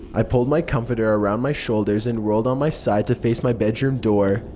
i pulled my comforter around my shoulders and rolled on my side to face my bedroom door.